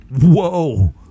Whoa